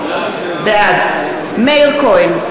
בעד מאיר כהן,